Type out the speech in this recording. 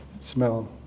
smell